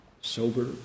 sober